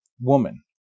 woman